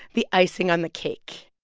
the icing on the cake